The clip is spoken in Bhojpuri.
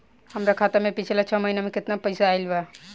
हमरा खाता मे पिछला छह महीना मे केतना पैसा आईल बा?